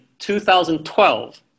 2012